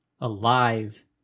alive